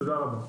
תודה רבה.